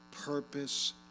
purpose